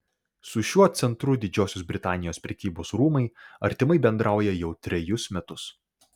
su šiuo centru didžiosios britanijos prekybos rūmai artimai bendrauja jau trejus metus